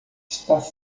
está